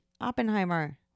Oppenheimer